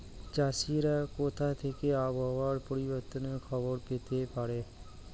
চাষিরা কোথা থেকে আবহাওয়া পরিবর্তনের খবর পেতে পারে?